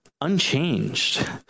unchanged